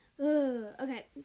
okay